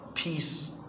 peace